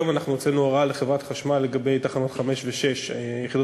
היום אנחנו הוצאנו הוראה לחברת חשמל לגבי יחידות 5 ו-6 בחדרה,